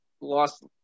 lost